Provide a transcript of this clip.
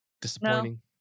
Disappointing